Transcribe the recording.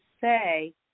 say